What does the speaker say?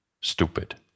stupid